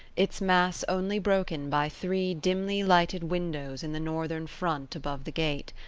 its mass only broken by three dimly lighted windows in the northern front above the gate.